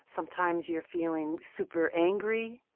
sometimes you're feeling super angry.